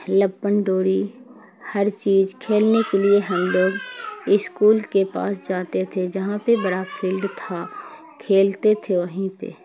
لپن ڈوری ہر چیز کھیلنے کے لیے ہم لوگ اسکول کے پاس جاتے تھے جہاں پہ بڑا فیلڈ تھا کھیلتے تھے وہیں پہ